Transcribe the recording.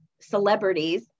celebrities